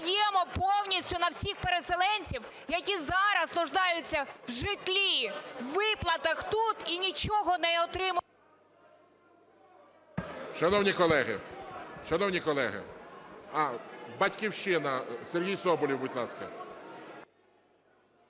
шановні колеги… "Батьківщина", Сергій Соболєв. Будь ласка.